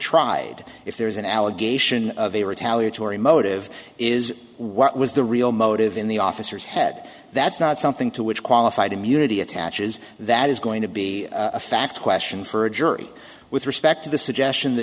tried if there is an allegation of a retaliatory motive is what was the real motive in the officer's head that's not something to which qualified immunity attaches that is going to be a fact question for a jury with respect to the suggestion th